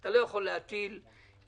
אתה לא יכול להטיל מסים,